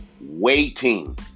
Waiting